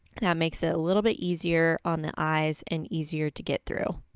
that makes it a little bit easier on the eyes and easier to get through.